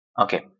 Okay